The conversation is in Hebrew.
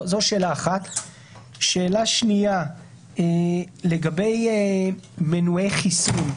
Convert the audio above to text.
שאלה שנייה לגבי מנועי חיסון.